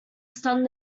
stunned